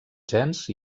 gens